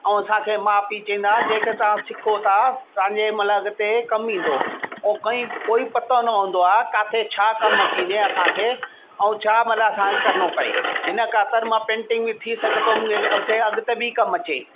ऐं असांखे माउ पीउ चईंदा हुया जेके तव्हां सिखो था तव्हां जे मतिलबु अॻिते कमु ईंदो ऐं कईं कोई पतो न हूंदो आहे किथे छा कमु अची वञे असांखे ऐं छा मतिलबु असांखे करिणो पए हिन ख़ातिर मां पेंटिंग बि थी सघंदो हुउमि मूंखे अॻिते बि कमु अचे